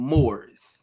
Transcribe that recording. Morris